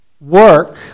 work